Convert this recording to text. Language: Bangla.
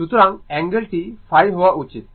সুতরাং অ্যাঙ্গেলটি ϕ হওয়া উচিত